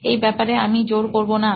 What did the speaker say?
এই ব্যাপারে আমি জোর করবোনা